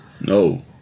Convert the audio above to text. no